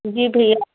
जी भैया